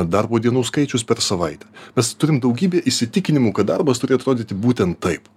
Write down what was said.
darbo dienų skaičius per savaitę mes turim daugybę įsitikinimų kad darbas turi atrodyti būtent taip